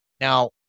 Now